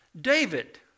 David